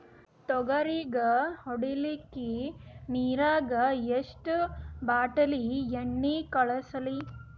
ತೊಗರಿಗ ಹೊಡಿಲಿಕ್ಕಿ ನಿರಾಗ ಎಷ್ಟ ಬಾಟಲಿ ಎಣ್ಣಿ ಕಳಸಲಿ?